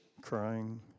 crying